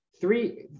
Three